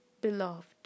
Beloved